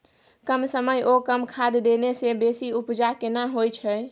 कम समय ओ कम खाद देने से बेसी उपजा केना होय छै?